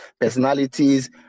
personalities